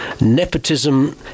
nepotism